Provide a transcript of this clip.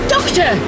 Doctor